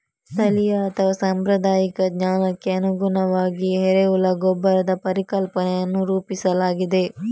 ಸ್ಥಳೀಯ ಅಥವಾ ಸಾಂಪ್ರದಾಯಿಕ ಜ್ಞಾನಕ್ಕೆ ಅನುಗುಣವಾಗಿ ಎರೆಹುಳ ಗೊಬ್ಬರದ ಪರಿಕಲ್ಪನೆಯನ್ನು ರೂಪಿಸಲಾಗಿದೆ